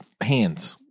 hands